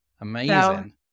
amazing